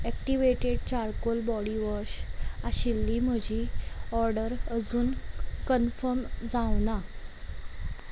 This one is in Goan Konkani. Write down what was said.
ऍक्टिवेटेड चारकोल बॉडी वॉश आशिल्ली म्हजी ऑर्डर अजून कन्फर्म जावंक ना